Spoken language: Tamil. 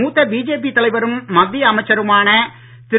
மூத்த பிஜேபி தலைவரும் மத்திய அமைச்சருமான திரு